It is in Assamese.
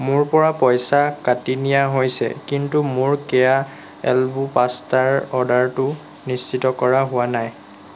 মোৰ পৰা পইচা কাটি নিয়া হৈছে কিন্তু মোৰ কেয়া এল্বো পাষ্টাৰ অৰ্ডাৰটো নিশ্চিত কৰা হোৱা নাই